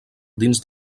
dins